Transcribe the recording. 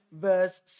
verse